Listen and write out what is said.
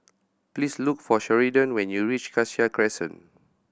please look for Sheridan when you reach Cassia Crescent